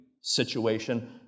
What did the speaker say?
situation